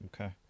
Okay